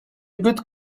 good